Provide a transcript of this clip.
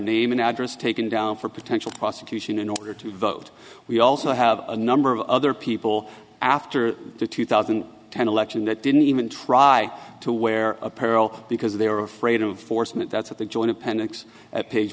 name and address taken down for potential prosecution in order to vote we also have a number of other people after the two thousand and ten election that didn't even try to wear apparel because they were afraid of fauresmith that's what they joined appendix at page